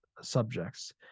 subjects